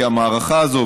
כי המערכה הזאת,